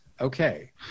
Okay